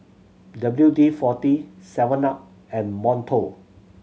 W D Forty seven up and Monto